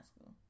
school